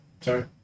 Sorry